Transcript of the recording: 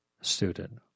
student